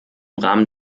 rahmen